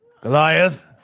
Goliath